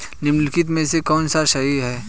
निम्नलिखित में से कौन सा सही है?